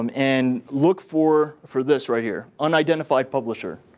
um and look for for this right here unidentified publisher.